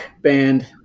band